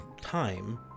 time